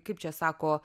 kaip čia sako